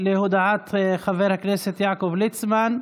הודעת חבר הכנסת יעקב ליצמן.